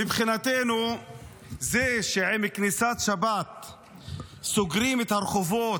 מבחינתנו זה שעם כניסת שבת סוגרים את הרחובות,